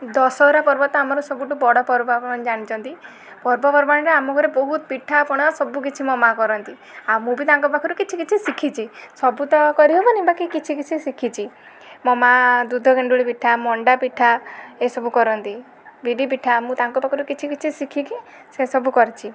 ଦଶହରା ପର୍ବ ତ ଆମର ସବୁଠୁ ବଡ଼ ପର୍ବ ଆପଣ ମାନେ ଜାଣିଛନ୍ତି ପର୍ବପର୍ବାଣୀରେ ଆମ ଘରେ ବହୁତ ପିଠାପଣା ସବୁ କିଛି ମୋ ମାଆ କରନ୍ତି ଆଉ ମୁଁ ବି ତାଙ୍କ ପାଖରୁ କିଛି କିଛି ଶିଖିଛି ସବୁ ତ କରି ହେବନି ବାକି କିଛି କିଛି ଶିଖିଛି ମୋ ମାଆ ଦୁଧ ଗେଣ୍ଡୁଳି ପିଠା ମଣ୍ଡା ପିଠା ଏସବୁ କରନ୍ତି ବିରି ପିଠା ମୁଁ ତାଙ୍କ ପାଖରୁ କିଛି କିଛି ଶିଖିକି ସେସବୁ କରିଛି